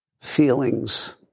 feelings